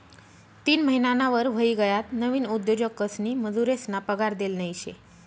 तीन महिनाना वर व्हयी गयात नवीन उद्योजकसनी मजुरेसना पगार देल नयी शे